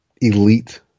elite